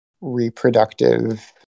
reproductive